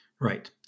Right